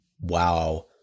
wow